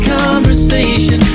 conversation